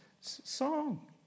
song